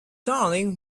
darling